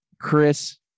Chris